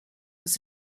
was